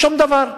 שום דבר.